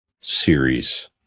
series